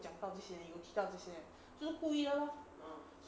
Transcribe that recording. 讲到些又提到这些就是故意的